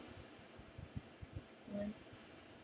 one